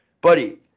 Buddy